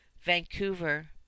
Vancouver